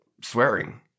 Swearing